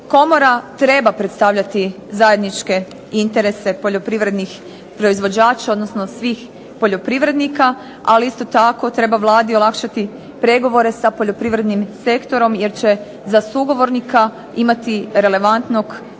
Komora treba predstavljati zajedničke interese poljoprivrednih proizvođača ali i poljoprivrednika, ali isto tako treba Vladi olakšati pregovore sa poljoprivrednim sektorom jer će sa sugovornika imati relevantnog partnera.